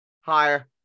Higher